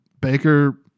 Baker